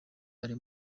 ari